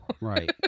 right